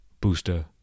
booster